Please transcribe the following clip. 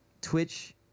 Twitch